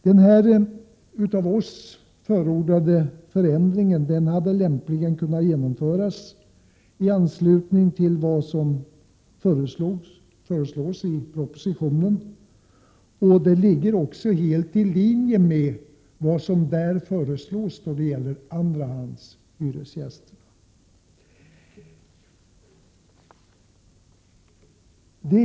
Den av oss förordade förändringen hade lämpligen kunnat genomföras i anslutning till vad som föreslås i propositionen. Den ligger också helt i linje med vad som där föreslås beträffande andrahandshyresgästerna.